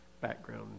background